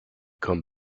come